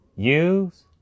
Use